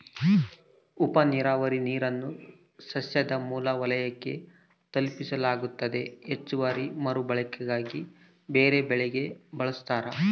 ಉಪನೀರಾವರಿ ನೀರನ್ನು ಸಸ್ಯದ ಮೂಲ ವಲಯಕ್ಕೆ ತಲುಪಿಸಲಾಗ್ತತೆ ಹೆಚ್ಚುವರಿ ಮರುಬಳಕೆಗಾಗಿ ಬೇರೆಬೆಳೆಗೆ ಬಳಸ್ತಾರ